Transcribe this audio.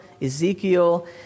Ezekiel